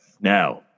now